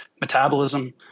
metabolism –